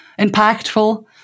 impactful